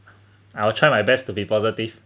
I'll try my best to be positive